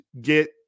get